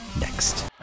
next